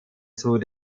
zur